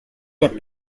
that